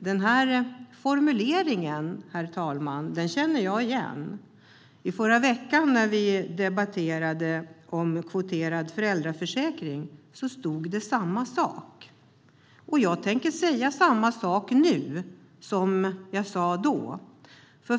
Herr talman! Den här formuleringen känner jag igen. Förra veckan debatterade vi kvoterad föräldraförsäkring, och samma sak stod i det betänkandet. Och jag tänker säger samma sak nu som jag sa då.